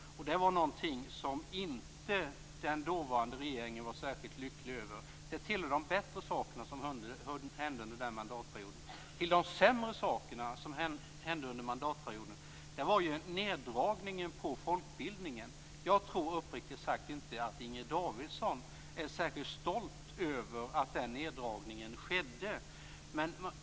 Det var något som inte den dåvarande regeringen var särskilt lycklig över. Det tillhör de bättre saker som hände under den mandatperioden. Till de sämre saker som hände under denna mandatperiod hörde neddragningen på folkbildningens område. Jag tror uppriktigt sagt inte att Inger Davidson är särskilt stolt över att den neddragningen skedde.